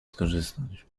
skorzystać